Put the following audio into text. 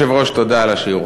בבקשה.